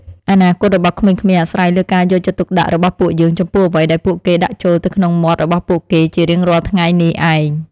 អនាគតរបស់ក្មេងៗអាស្រ័យលើការយកចិត្តទុកដាក់របស់ពួកយើងចំពោះអ្វីដែលពួកគេដាក់ចូលទៅក្នុងមាត់របស់ពួកគេជារៀងរាល់ថ្ងៃនេះឯង។